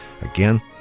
Again